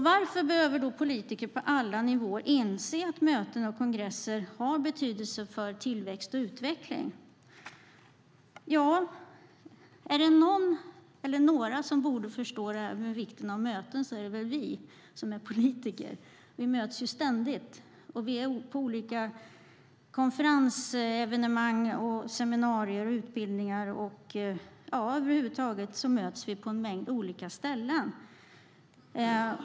Varför behöver då politiker på alla nivåer inse att möten och kongresser har betydelse för tillväxt och utveckling? Är det någon eller några som borde förstå vikten av möten är det väl vi som är politiker. Vi möts ständigt, och vi är på olika konferensevenemang, seminarier och utbildningar och möts över huvud taget på en mängd olika ställen.